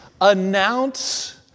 announce